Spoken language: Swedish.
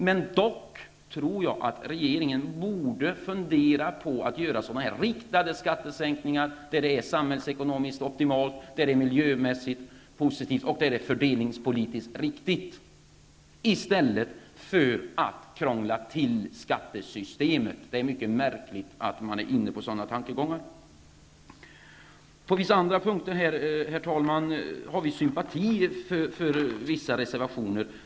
Jag tycker ändå att regeringen borde fundera på att göra riktade skattesänkningar, där det är samhällsekonomiskt optimalt, miljömässigt positivt och fördelningspolitiskt riktigt, i stället för att krångla till skattesystemet. Det är mycket märkligt att man är inne på sådana tankegångar. På vissa andra punkter, herr talman, har vi sympatier för vissa reservationer.